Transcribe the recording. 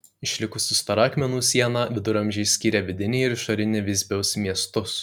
išlikusi stora akmenų siena viduramžiais skyrė vidinį ir išorinį visbiaus miestus